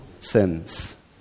sins